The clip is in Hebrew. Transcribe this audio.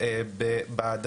לרתום את הרשות,